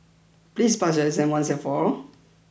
please pass your exam once and for all